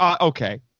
okay